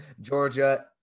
Georgia